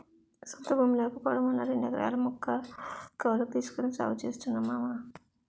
సొంత భూమి లేకపోవడం వలన రెండెకరాల ముక్క కౌలకు తీసుకొని సాగు చేస్తున్నా మావా